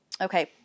Okay